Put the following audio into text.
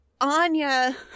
Anya